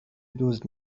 دزد